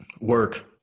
Work